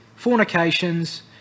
fornications